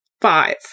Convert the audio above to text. Five